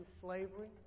slavery